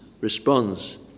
responds